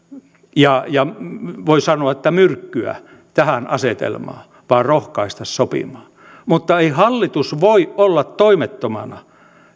ja voi sanoa myrkkyä tähän asetelmaan vaan rohkaista sopimaan mutta ei hallitus voi olla toimettomana